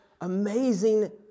amazing